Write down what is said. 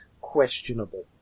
questionable